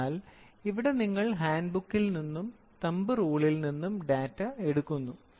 അതിനാൽ ഇവിടെ നിങ്ങൾ ഹാൻഡ്ബുക്കിൽ നിന്നും തമ്പ് റൂളിൽ നിന്നും ഡാറ്റ എടുക്കുന്നു